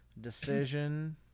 decision